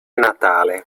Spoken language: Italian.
natale